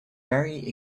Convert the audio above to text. very